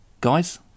guys